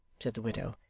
said the widow,